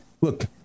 look